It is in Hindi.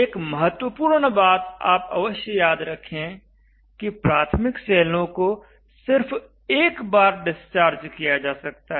एक महत्वपूर्ण बात आप अवश्य याद रखें कि प्राथमिक सेलों को सिर्फ एक बार डिस्चार्ज किया जा सकता है